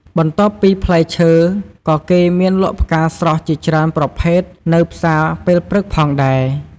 បន្ទាប់ពីផ្លែឈើ ក៏គេមានលក់ផ្កាស្រស់ជាច្រើនប្រភេទនៅផ្សារពេលព្រឹកផងដែរ។